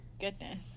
goodness